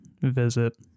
visit